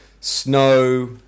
snow